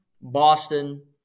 Boston